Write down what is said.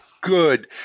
Good